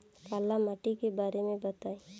काला माटी के बारे में बताई?